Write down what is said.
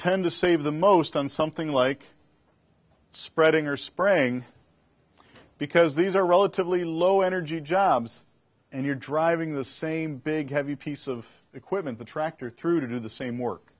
tend to save the most on something like spreading or spraying because these are relatively low energy jobs and you're driving the same big heavy piece of equipment the tractor through to do the same work